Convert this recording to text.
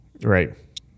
right